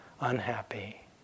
unhappy